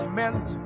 meant